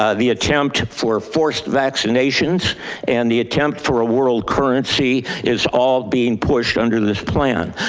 ah the attempt for forced vaccinations and the attempt for a world currency is all being pushed under this plan.